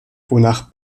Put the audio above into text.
wonach